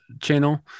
channel